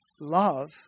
love